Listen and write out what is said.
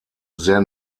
sehr